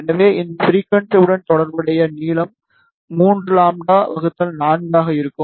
எனவே இந்த ஃபிரிகுவன்ஸி உடன் தொடர்புடைய நீளம் 3λ 4 ஆக இருக்கும்